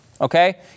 okay